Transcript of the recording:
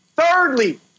Thirdly